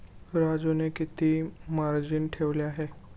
राजूने किती मार्जिन ठेवले आहे?